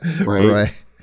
right